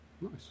nice